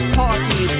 party